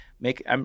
make